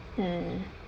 mm